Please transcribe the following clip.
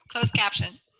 captioned.